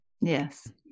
Yes